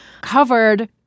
covered